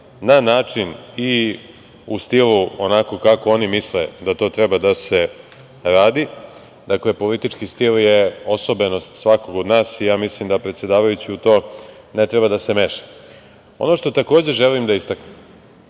na način i u stilu onako kako oni misle da to treba da se radi, politički stil je osobenost svakog od nas i ja mislim da predsedavajući u to ne treba da se meša. Ono što takođe želim da istaknem,